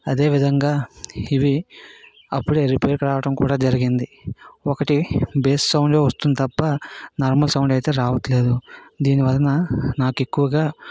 అదేవిధంగా ఇవి అప్పుడే రిపేర్కు రావడం కూడా జరిగింది ఒకటి బేస్ సౌండ్లో వస్తుంది తప్ప నార్మల్ సౌండ్ అయితే రావట్లేదు దీని వలన నాకు ఎక్కువగా